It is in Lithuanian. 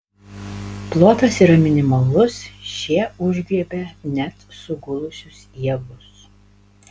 plotas yra minimalus šie užgriebia net sugulusius javus